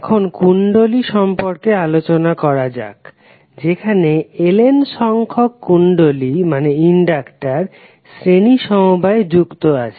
এখন কুণ্ডলী সম্পর্কে কথা বলা যাক যেখানে Ln সংখ্যক কুণ্ডলী শ্রেণী সমবায়ে যুক্ত আছে